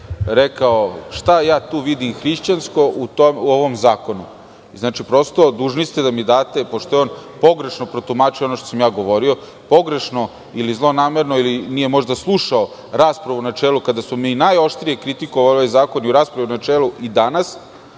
rekao šta ja tu vidim hrišćansko u ovom zakonu. Prosto, dužni ste da mi date, pošto je on pogrešno protumačio ono što sam govorio, pogrešno ili zlonamerno ili nije možda slušao raspravu u načelu, kada smo mi najoštrije kritikovali ovaj zakon i u raspravi u načelu i danas.